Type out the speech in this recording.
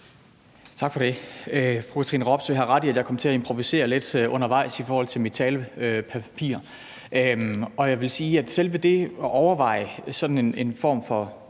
Tak for det. Fru Katrine Robsøe har ret i, at jeg kom til at improvisere lidt undervejs i forhold til mit talepapir. Jeg vil sige, at selve det at overveje sådan en form for